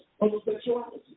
homosexuality